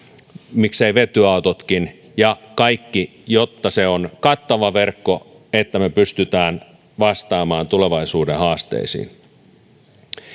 miksei vetyautotkin ja kaikki jotta se on kattava verkko että me pystymme vastaamaan tulevaisuuden haasteisiin